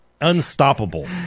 unstoppable